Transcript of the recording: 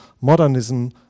Modernism